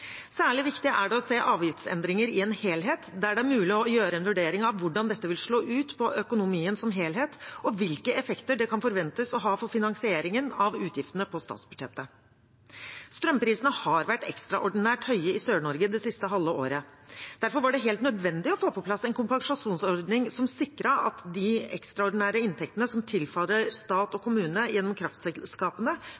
Særlig viktig er det å se avgiftsendringer i en helhet der det er mulig å gjøre en vurdering av hvordan dette vil slå ut på økonomien som helhet, og hvilke effekter det kan forventes å ha for finansieringen av utgiftene på statsbudsjettet. Strømprisene har vært ekstraordinært høye i Sør-Norge det siste halve året. Derfor var det helt nødvendig å få på plass en kompensasjonsordning som sikret at de ekstraordinære inntektene som tilfaller stat og